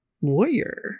warrior